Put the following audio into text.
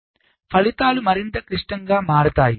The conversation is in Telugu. కాబట్టి ఫలితాలు మరింత క్లిష్టంగా మారుతాయి